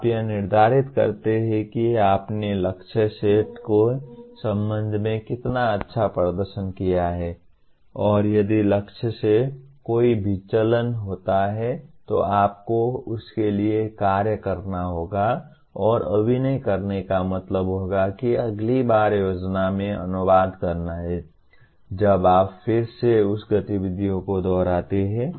आप यह निर्धारित करते हैं कि आपने लक्ष्य सेट के संबंध में कितना अच्छा प्रदर्शन किया है और यदि लक्ष्य से कोई विचलन होता है तो आपको उसके लिए कार्य करना होगा और अभिनय करने का मतलब होगा कि अगली बार योजना में अनुवाद करना है जब आप फिर से उस गतिविधि को दोहराते हैं